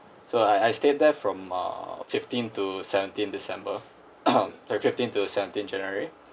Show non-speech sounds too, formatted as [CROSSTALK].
so I I stayed there from uh fifteen to seventeen december [COUGHS] fifteen to seventeen january